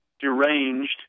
deranged